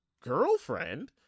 girlfriend